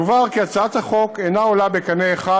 יובהר כי הצעת החוק אינה עולה בקנה אחד